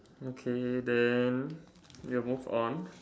okay then we'll move on